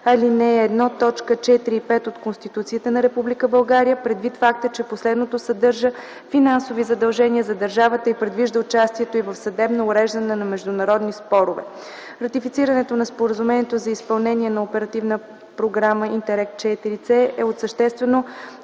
ал. 1, т. 4 и 5 от Конституцията на Република България, предвид факта, че последното съдържа финансови задължения за държавата и предвижда участието й в съдебно уреждане на международни спорове. Ратифицирането на Споразумението за изпълнение на Оперативна програма „ИНТЕРРЕГ IVC” e от съществено